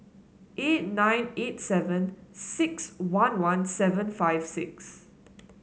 eight nine eight seven six one one seven five six